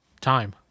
Time